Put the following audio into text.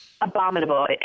abominable